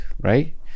right